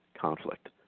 conflict